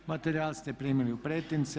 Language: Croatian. Materijal ste primili u pretince.